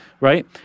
Right